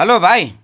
hello भाइ